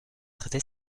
traité